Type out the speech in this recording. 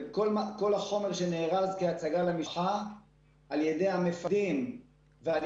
כל החומר שהיה להצגה על ידי המפקדים ועל